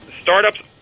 startups